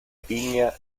viña